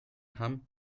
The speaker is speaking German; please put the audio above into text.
hamm